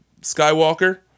Skywalker